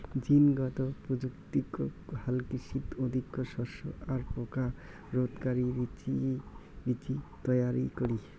জীনগত প্রযুক্তিক হালকৃষিত অধিকো শস্য আর পোকা রোধকারি বীচি তৈয়ারী করি